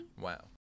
Wow